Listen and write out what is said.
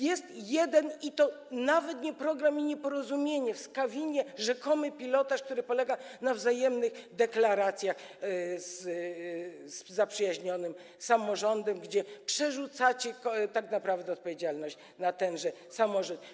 Jest jedno, i to nawet nie program, miniporozumienie w Skawinie, rzekomy pilotaż, który polega na wzajemnych deklaracjach z zaprzyjaźnionym samorządem, gdzie przerzucacie tak naprawdę odpowiedzialność na tenże samorząd.